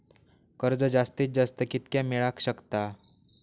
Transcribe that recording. कर्ज जास्तीत जास्त कितक्या मेळाक शकता?